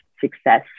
success